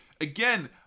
again